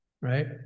right